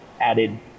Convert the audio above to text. added